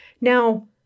Now